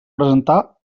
presentar